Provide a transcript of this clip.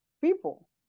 people